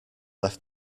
left